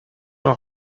nur